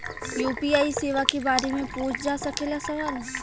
UPI सेवा के बारे में पूछ जा सकेला सवाल?